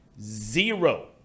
zero